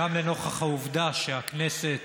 גם לנוכח העובדה שהכנסת